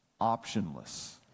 optionless